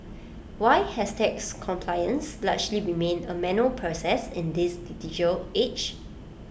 why has tax compliance largely remained A manual process in this digital age